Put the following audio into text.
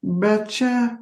bet čia